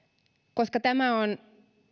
koska tämä on